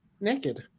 naked